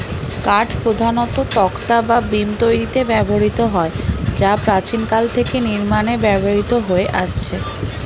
কাঠ প্রধানত তক্তা বা বিম তৈরিতে ব্যবহৃত হয় যা প্রাচীনকাল থেকে নির্মাণে ব্যবহৃত হয়ে আসছে